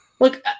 Look